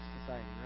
society